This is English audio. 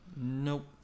nope